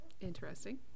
interesting